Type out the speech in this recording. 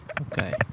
Okay